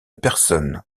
personnes